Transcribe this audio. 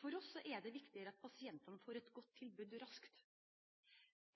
For oss er det viktigere at pasientene får et godt tilbud raskt,